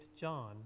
John